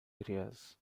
areas